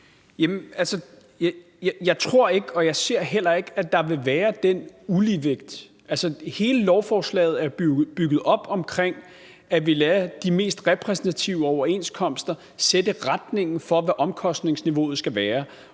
Jeg tror ikke, og jeg ser heller ikke, at der vil være den uligevægt. Altså, hele lovforslaget er bygget op omkring, at vi lader de mest repræsentative overenskomster sætte retningen for, hvad omkostningsniveauet skal være.